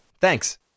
Thanks